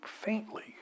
faintly